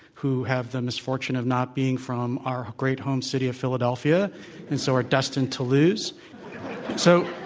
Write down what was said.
who have the misfortune of not being from our great home city of philadelphia and so are destined to lose so